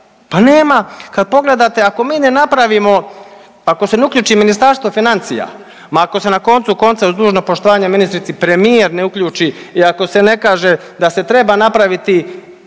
Pa nema, kad pogledate ako mi ne napravimo, ako se ne uključi Ministarstvo financija, ma ako se na koncu konca uz dužno poštovanje ministrici premijer ne uključi i ako se ne kaže da se treba napraviti